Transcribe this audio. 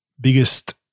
biggest